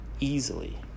Easily